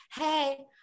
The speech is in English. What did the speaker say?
hey